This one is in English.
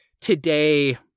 today